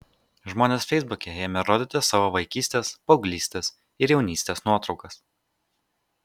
žmonės feisbuke ėmė rodyti savo vaikystės paauglystės ir jaunystės nuotraukas